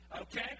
okay